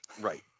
Right